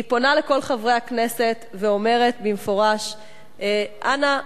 היא פונה אל כל חברי הכנסת ואומרת במפורש: אנא,